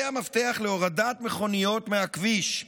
זה המפתח להורדת מכוניות מהכביש,